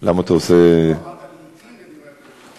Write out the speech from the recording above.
למה אתה עושה, אמרת: "לעתים, את דברי הביקורת".